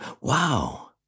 wow